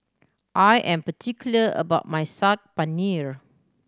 I am particular about my Saag Paneer